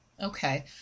Okay